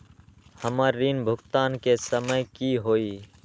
हमर ऋण भुगतान के समय कि होई?